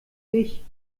ich